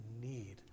need